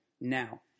Now